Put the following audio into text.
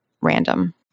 random